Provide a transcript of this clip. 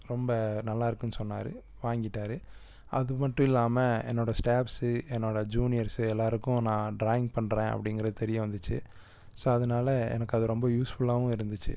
ரொம்ப நல்லாயிருக்குன்னு சொன்னார் வாங்கிட்டாரு அதுமட்டும் இல்லாமல் என்னோடய ஸ்டேஃப்ஸு என்னோடய ஜூனியர்ஸு எல்லோருக்கும் நான் ட்ராயிங் பண்ணுறேன் அப்படிங்கறது தெரிய வந்துச்சு ஸோ அதனால எனக்கு அது ரொம்ப யூஸ்ஃபுல்லாகவும் இருந்துச்சு